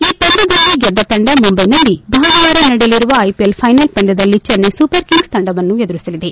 ಈ ಪಂದ್ದದಲ್ಲಿ ಗೆದ್ದ ತಂಡ ಮುಂದೈನಲ್ಲಿ ಭಾನುವಾರ ನಡೆಯಲಿರುವ ಐಪಿಎಲ್ ಫೈನಲ್ ಪಂದ್ಯದಲ್ಲಿ ಚೆನ್ನೈ ಸೂಪರ್ ಕಿಂಗ್ಲ್ ತಂಡವನ್ನು ಎದುರಿಸಲಿದೆ